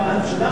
באס.אם.אס.